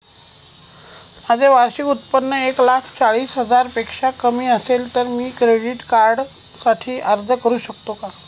माझे वार्षिक उत्त्पन्न एक लाख चाळीस हजार पेक्षा कमी असेल तर मी क्रेडिट कार्डसाठी अर्ज करु शकतो का?